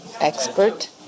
expert